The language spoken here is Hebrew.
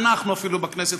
אפילו אנחנו בכנסת,